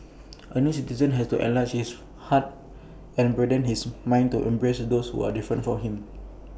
A new citizen has to enlarge his heart and broaden his mind to embrace those who are different from him